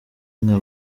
nka